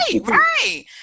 Right